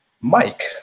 Mike